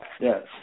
Yes